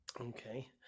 Okay